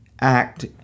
Act